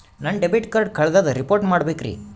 ನನ್ನ debit card ಕಳ್ದದ report ಮಾಡಬೇಕ್ರಿ